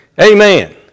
Amen